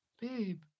Babe